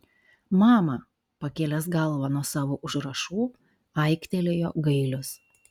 mama pakėlęs galvą nuo savo užrašų aiktelėjo gailius